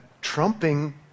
trumping